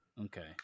Okay